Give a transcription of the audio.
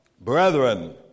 Brethren